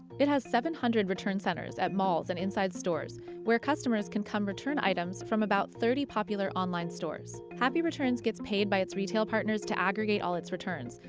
it has seven hundred return centers at malls and inside stores where customers can come return items from about thirty popular online stores. happy returns gets paid by its retail partners to aggregate all its returns.